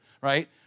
right